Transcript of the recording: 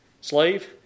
slave